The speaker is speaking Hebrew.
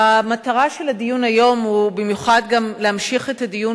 המטרה של הדיון היום היא להמשיך את הדיון